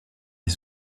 les